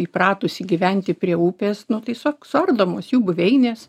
įpratusi gyventi prie upės nu tiesiog suardomos jų buveinės